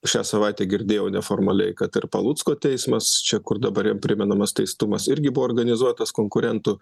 šią savaitę girdėjau neformaliai kad ir palucko teismas čia kur dabar jam primenamas teistumas irgi buvo organizuotas konkurentų